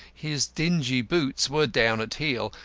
his dingy boots were down at heel,